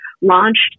launched